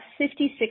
56%